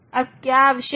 अब क्या आवश्यक है